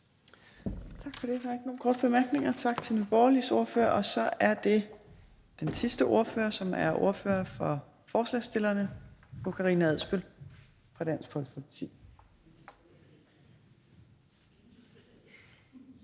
Tak for det. Der er ikke nogen korte bemærkninger. Tak til Nye Borgerliges ordfører. Så er det den sidste ordfører, som er ordføreren for forslagsstillerne, fru Karina Adsbøl fra Dansk Folkeparti.